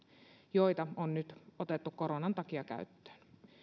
joita on nyt otettu koronan takia käyttöön